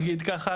נגיד ככה,